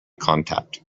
contact